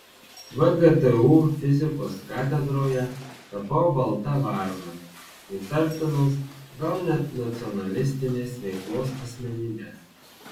vgtu fizikos katedroje tapau balta varna įtartinos gal net nacionalistinės veiklos asmenybe